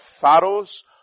Pharaoh's